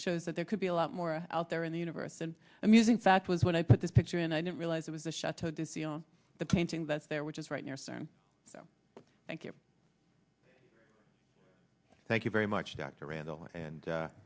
shows that there could be a lot more out there in the universe than amusing fact was when i put this picture in i didn't realize it was the chateau do see on the painting that's there which is right near cern so thank you thank you very much dr randall and